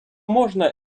можна